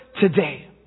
today